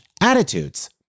attitudes